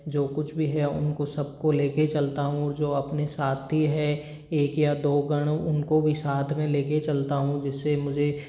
जो कुछ भी है उनको सबको लेके चलता हूँ जो अपने साथी हैं एक या दो गण उनको भी साथ में लेके चलता हूँ जिससे मुझे